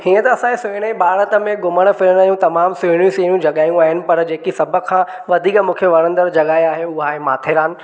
हीअं त असांजे सूहिणे भारत में घुमणु फिरण जूं तमामु सुहिणियूंं सुहिणियुं जॻहियूं आहिनि पर जेकी सभ खां वधीक मूंखे वणंदड़ु जॻह आहे उहा आहे माथेरान